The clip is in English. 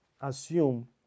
assume